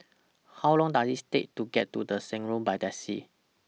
How Long Does IT Take to get to The Shan Road By Taxi